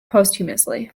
posthumously